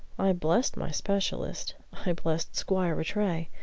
i blessed my specialist, i blessed squire rattray,